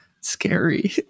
scary